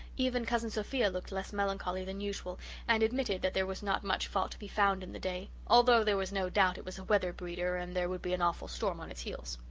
even cousin sophia looked less melancholy than usual and admitted that there was not much fault to be found in the day, although there was no doubt it was a weather-breeder and there would be an awful storm on its heels.